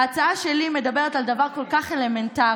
ההצעה שלי מדברת על דבר כל כך אלמנטרי: